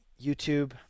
YouTube